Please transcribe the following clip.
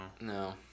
no